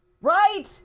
Right